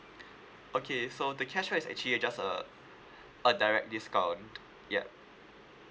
okay so the cashback is actually just uh a direct discount yup